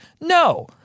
No